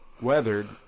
weathered